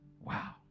Wow